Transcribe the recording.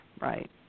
Right